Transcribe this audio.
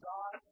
God